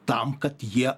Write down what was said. tam kad jie